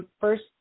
first